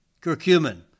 Curcumin